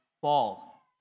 fall